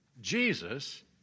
Jesus